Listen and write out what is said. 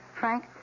Frank